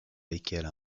lesquelles